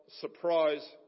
surprise